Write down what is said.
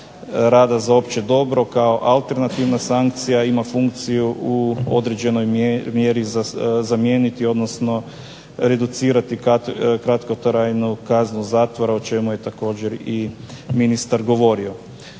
rada za opće dobro kao alternativna sankcija ima funkciju u određenoj mjeri zamijeniti odnosno reducirati kratkotrajnu kaznu zatvora o čemu je također ministar govorio.